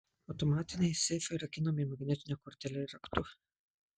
automatiniai seifai rakinami magnetine kortele ir raktu